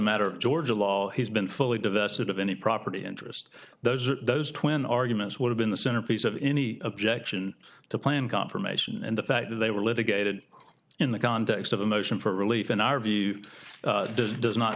matter of georgia law has been fully divest it of any property interest those are those twin arguments would have been the centerpiece of any objection to plan confirmation and the fact that they were litigated in the context of a motion for relief in our view does does not